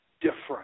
different